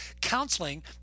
counseling